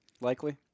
likely